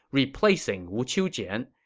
replacing wu qiujian.